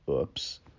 oops